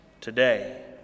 today